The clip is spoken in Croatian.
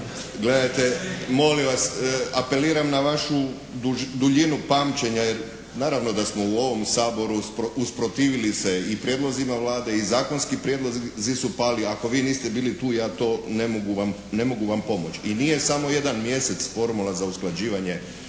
gledajte, molim vas, apeliram na vašu duljinu pamćenja jer naravno da smo u ovom Saboru usprotivili se i prijedlozima Vlade i zakonski prijedlozi su pali. Ako vi niste bili tu ja to ne mogu vam, ne mogu vam pomoći. I nije samo jedan mjesec formula za usklađivanje